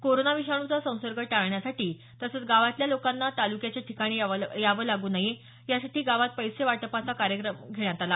corona विषाणूचा संसर्ग टाळण्यासाठी तसंच गावातल्या लोकांना तालुक्याच्या ठिकाणी यावं लागू नये यासाठी गावात पैसे वाटपाचा कार्यक्रम घेण्यात आला